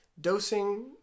dosing